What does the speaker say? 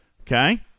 Okay